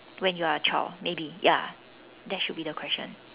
when you are a child maybe ya that should be the question